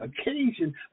occasion